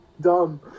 dumb